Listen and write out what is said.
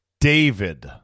David